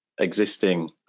existing